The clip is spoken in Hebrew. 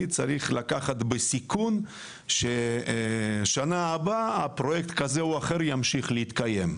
אני תמיד צריך לקחת סיכון שבשנה הבאה פרויקט כזה או אחר ימשיך להתקיים.